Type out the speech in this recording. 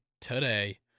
today